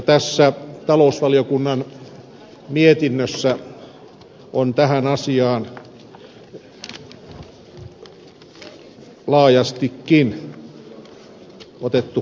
tässä talousvaliokunnan mietinnössä on tähän asiaan laajastikin otettu kantaa